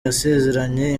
yasezeranye